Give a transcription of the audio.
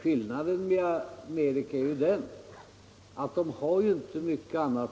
Skillnaden gentemot Amerika är att där har man inte mycket annat